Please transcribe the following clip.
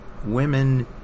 women